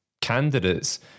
candidates